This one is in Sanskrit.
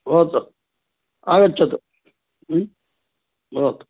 भवतु आगच्छतु भवतु